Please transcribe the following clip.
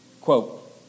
Quote